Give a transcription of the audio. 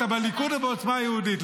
אתה בליכוד או בעוצמה יהודית?